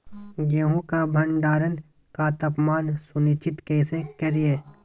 गेहूं का भंडारण का तापमान सुनिश्चित कैसे करिये?